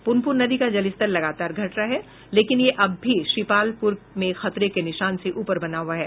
पुनपुन नदी का जलस्तर लगातार घट रहा है लेकिन यह अब भी श्रीपालपुर में खतरे के निशान से ऊपर बना हुआ है